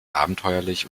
abenteuerlich